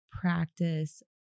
practice